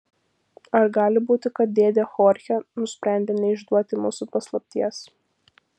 ar gali būti kad dėdė chorchė nusprendė neišduoti mūsų paslapties